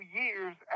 years